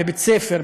בבית-ספר,